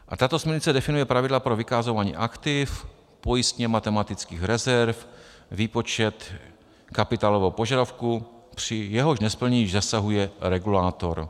A tato směrnice definuje pravidla pro vykazování aktiv, pojistněmatematických rezerv, výpočet kapitálového požadavku, při jehož nesplnění již zasahuje regulátor.